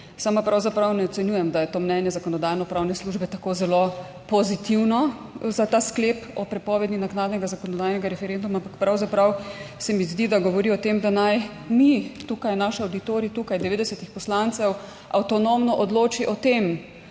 sama pravzaprav ne ocenjujem, da je to mnenje Zakonodajno-pravne službe tako zelo pozitivno za ta sklep o prepovedi naknadnega zakonodajnega referenduma. Pravzaprav se mi zdi, da govori o tem, da naj mi, tukaj je naš avditorij 90 poslancev, avtonomno odloči o tem,